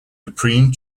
supreme